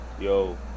yo